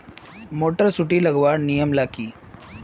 Motor सुटी लगवार नियम ला की?